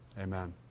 Amen